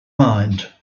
mind